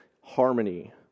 harmony